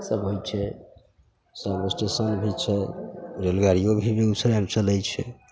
सब होइ छै सब स्टेशन भी छै रेलगाड़िओ भी बेगूसरायमे चलै छै